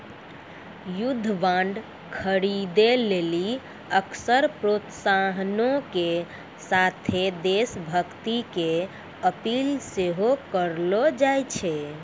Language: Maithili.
युद्ध बांड खरीदे लेली अक्सर प्रोत्साहनो के साथे देश भक्ति के अपील सेहो करलो जाय छै